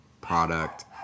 product